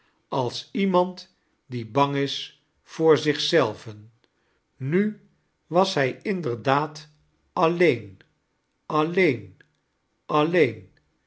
als iemand die bang is voor zich zelven nu was hij inderdaad alleen alleen alleen